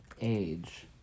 Age